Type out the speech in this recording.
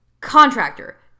contractor